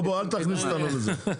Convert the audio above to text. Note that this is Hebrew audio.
אל תכניס אותנו לזה,